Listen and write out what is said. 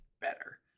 better